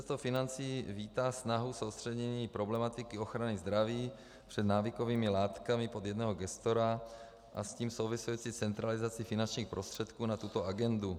Ministerstvo financí vítá snahu o soustředění problematiky ochrany zdraví před návykovými látkami pod jednoho gestora a s tím související centralizaci finančních prostředků na tuto agendu.